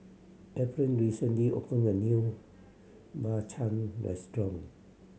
Ephriam recently opened a new Bak Chang restaurant